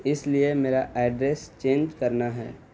اس لیے میرا address change کرنا ہے